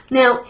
now